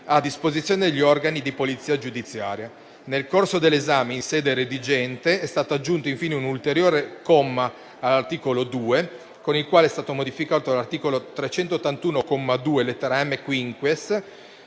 a disposizione degli organi di polizia giudiziaria. Nel corso dell'esame in sede redigente è stato aggiunto, infine, un ulteriore comma all'articolo 2, con il quale è stato modificato l'articolo 381, comma 2, lettera m-*quinquies*